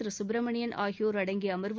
திரு சுப்பிரமணியன் ஆகியோர் அடங்கிய அமர்வு